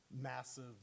massive